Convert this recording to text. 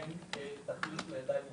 אין תחליף לידיים עובדות,